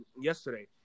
yesterday